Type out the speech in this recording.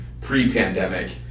pre-pandemic